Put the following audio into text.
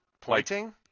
Pointing